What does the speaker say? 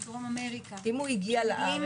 מדרום אמריקה שמגיעים עם